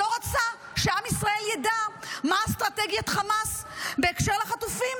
שלא רצה שעם ישראל ידע מה אסטרטגיית חמאס בהקשר לחטופים,